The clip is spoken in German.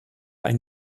ein